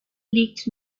liegt